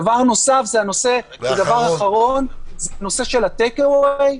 הדבר האחרון זה הנושא של הטייק אווי.